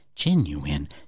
Genuine